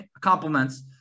compliments